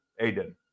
Aiden